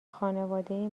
خانواده